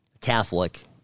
Catholic